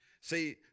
See